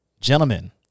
gentlemen